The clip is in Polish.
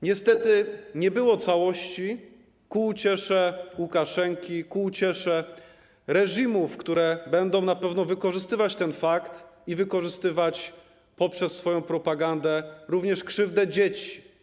Niestety nie było całości ku uciesze Łukaszenki, ku uciesze reżimów, które będą na pewno wykorzystywać ten fakt i wykorzystywać poprzez swoją propagandę również krzywdę dzieci.